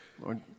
Lord